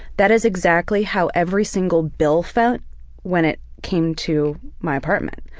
that is exactly how every single bill felt when it came to my apartment.